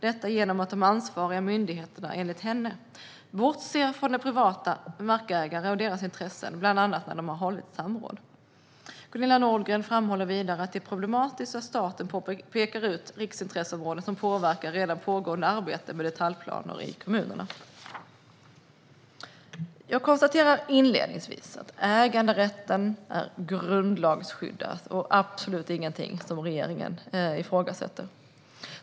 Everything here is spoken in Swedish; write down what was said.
Detta genom att de ansvariga myndigheterna enligt henne har bortsett från privata markägare och deras intressen, bland annat när de har hållit samråd. Gunilla Nordgren framhåller vidare att det är problematiskt att staten pekar ut riksintresseområden som påverkar redan pågående arbeten med detaljplaner i kommunerna. Jag konstaterar inledningsvis att äganderätten är grundlagsskyddad och absolut inte ifrågasatt av regeringen.